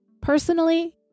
Personally